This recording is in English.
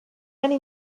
many